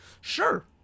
sure